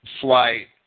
flight